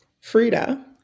frida